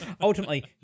Ultimately